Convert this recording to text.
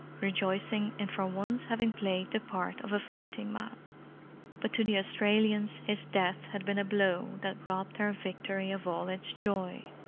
rejoicing in for once having played the part of a fighting man but to the australians his death had been a blow that robbed their victory of all its joy.